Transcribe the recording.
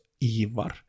Ivar